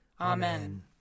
Amen